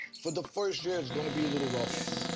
for the first year is gonna be a little rough.